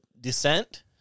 descent